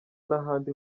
n’ahandi